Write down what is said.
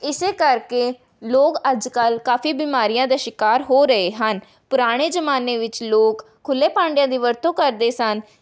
ਇਸੇ ਕਰਕੇ ਲੋਕ ਅੱਜ ਕੱਲ੍ਹ ਕਾਫ਼ੀ ਬਿਮਾਰੀਆਂ ਦਾ ਸ਼ਿਕਾਰ ਹੋ ਰਹੇ ਹਨ ਪੁਰਾਣੇ ਜ਼ਮਾਨੇ ਵਿੱਚ ਲੋਕ ਖੁੱਲ੍ਹੇ ਭਾਂਡਿਆਂ ਦੀ ਵਰਤੋਂ ਕਰਦੇ ਸਨ